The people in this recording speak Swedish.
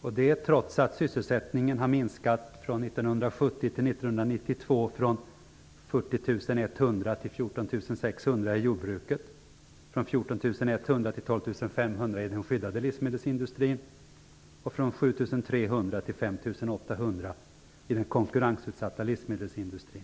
-- detta trots att sysselsättningen har minskat mellan 1970 och 1992 7 300 till 5 800 i den konkurrensutsatta livsmedelsindustrin.